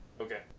Okay